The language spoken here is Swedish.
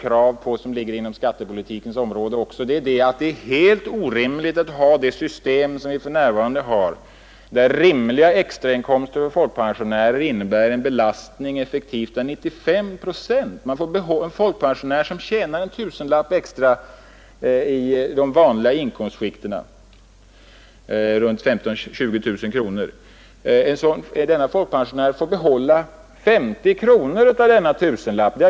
En annan sak inom skattepolitikens område som vi har påtalat är det helt orimliga i det nuvarande systemet att folkpensionärers extrainkomster beskattas upp till 95 procent. En folkpensionär som tjänar en tusenlapp extra i det vanliga inkomstskiktet 15 000—20 000 kronor får behålla 50 kronor av denna tusenlapp.